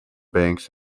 banks